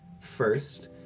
first